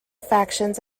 factions